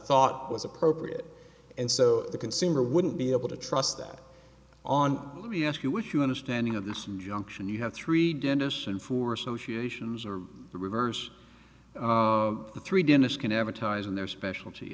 thought was appropriate and so the consumer wouldn't be able to trust that on let me ask you which you understanding of this injunction you have three dentists and four associations or the reverse three dentist can advertise in their specialty